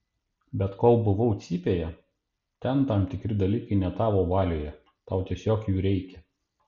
bet kol buvau cypėje ten tam tikri dalykai ne tavo valioje tau tiesiog jų reikia